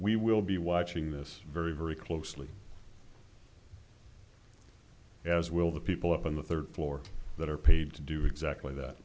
we will be watching this very very closely as will the people up on the third floor that are paid to do exactly that